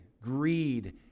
greed